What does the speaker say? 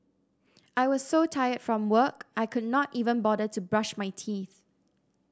I was so tired from work I could not even bother to brush my teeth